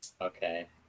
Okay